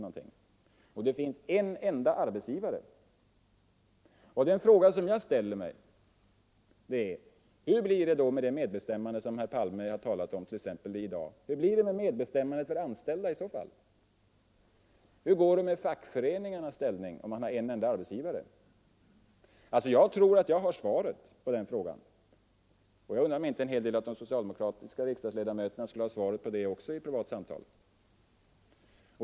Jo, det finns en enda arbetsgivare. Den fråga som jag ställer mig är: Hur blir det då med det medbestämmande som herr Palme har talat om t.ex. i dag? Hur blir det med medbestämmandet för anställda i så fall? Hur går det med fackföreningarnas ställning, om man har en enda arbetsgivare? Jag tror att jag har svaret på den frågan, och jag undrar om inte en hel del av de socialdemokratiska riksdagsledamöterna också skulle ha det svaret vid ett privat samtal.